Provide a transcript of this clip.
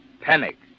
Panic